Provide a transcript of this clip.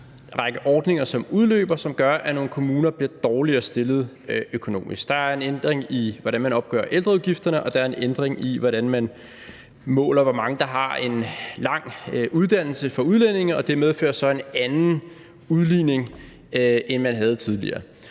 række ordninger, som udløber, og som gør, at nogle kommuner bliver dårligere stillet økonomisk. Der er en ændring i, hvordan man opgør ældreudgifterne, og der er en ændring i, hvordan man måler, hvor mange der har en lang uddannelse, for udlændinge, og det medfører så en anden udligning, end man havde tidligere.